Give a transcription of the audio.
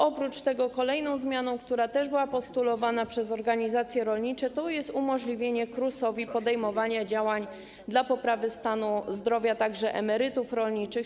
Oprócz tego kolejną zmianą, która też była postulowana przez organizacje rolnicze, jest umożliwienie KRUS-owi podejmowania działań w celu poprawy stanu zdrowia także emerytów rolniczych.